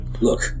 Look